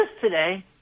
today